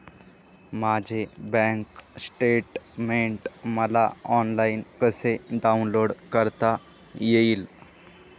माझे bank statement मला online कसे डाउनलोड करता येईल?